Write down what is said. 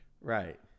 Right